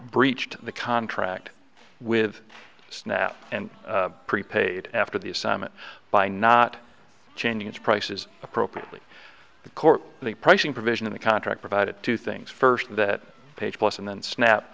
breached the contract with snap and prepaid after the assignment by not changing its prices appropriately the court the pricing provision in the contract provided two things first that page plus and then snap